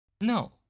No